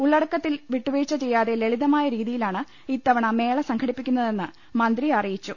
ഉള്ളടക്കത്തിൽ വിട്ടുവീഴ്ച്ച ചെയ്യാതെ ലളിതമായ രീതിയിലാണ് ഇത്തവണ മേള സംഘടിപ്പിക്കുന്നതെന്ന് മന്ത്രി അറിയിച്ചു